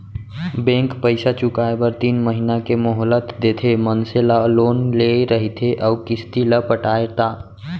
bank पइसा चुकाए बर तीन महिना के मोहलत देथे मनसे ला लोन ले रहिथे अउ किस्ती ल पटाय ता